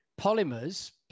polymers